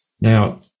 Now